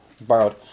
Borrowed